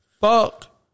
fuck